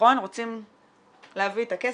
רוצים להביא את הכסף,